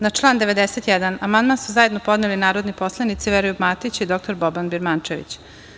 Na član 91. amandman su zajedno podneli narodni poslanici Veroljub Matić i dr Boban Birmančević.